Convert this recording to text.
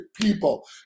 people